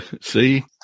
see